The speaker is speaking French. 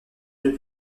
deux